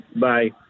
Bye